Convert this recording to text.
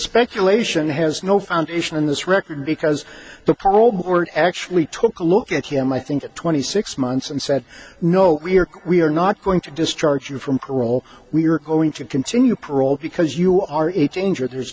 speculation has no foundation in this record because the poll actually took a look at him i think at twenty six months and said no we're we're not going to discharge you from parole we're going to continue parole because you are a change or there's